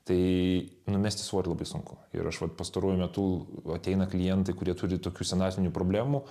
tai numesti svorį labai sunku ir aš vat pastaruoju metu ateina klientai kurie turi tokių senatvinių problemų